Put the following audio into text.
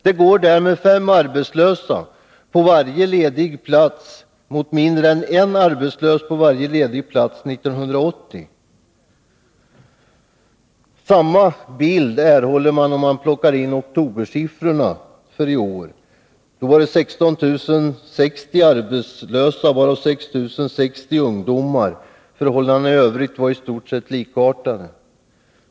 Det går därmed fem arbetslösa på varje ledig plats mot mindre än en arbetslös på varje ledig plats 1980. Samma bild erhåller man om man plockar in siffrorna för oktober i år. Då var det 16 060 arbetslösa, varav 6 060 ungdomar. Förhållandena i övrigt var i stort sett likartade.